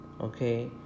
okay